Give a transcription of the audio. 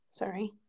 Sorry